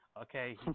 Okay